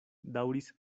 daŭris